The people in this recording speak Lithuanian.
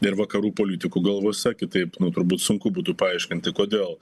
ir vakarų politikų galvose kitaip nu turbūt sunku būtų paaiškinti kodėl